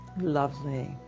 Lovely